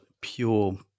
pure